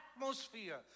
atmosphere